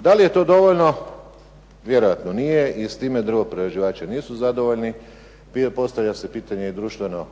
Da li je to dovoljno, vjerojatno nije i s time drvoprerađivači nisu zadovoljni. Postavlja se pitanje i društveno